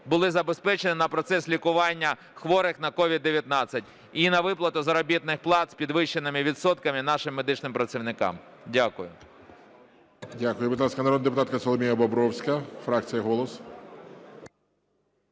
були забезпечені на процес лікування хворих на COVID-19 і на виплату заробітних плат з підвищеними відсотками нашим медичним працівникам. Дякую.